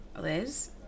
Liz